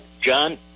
John